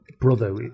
brother